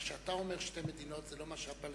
מה שאתה אומר "שתי מדינות" זה לא מה שהפלסטינים,